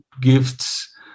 gifts